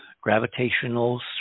gravitational